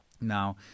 Now